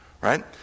right